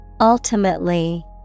Ultimately